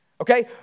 okay